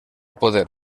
poder